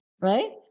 right